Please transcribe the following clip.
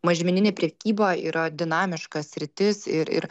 mažmeninė prekyba yra dinamiška sritis ir ir